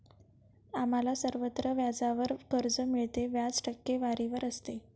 आम्हाला सर्वत्र व्याजावर कर्ज मिळते, व्याज टक्केवारीवर असते